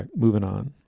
and moving on.